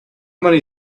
many